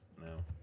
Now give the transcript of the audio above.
No